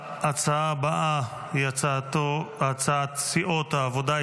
ההצעה הבאה היא הצעת סיעות העבודה,